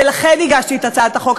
ולכן הגשתי את הצעת החוק,